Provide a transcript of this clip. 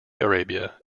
arabia